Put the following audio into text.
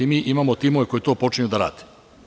Mi imamo timove koji to počinju da rade.